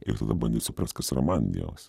ir tada bandyt suprast kas yra man dievas